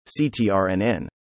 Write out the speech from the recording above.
CTRNN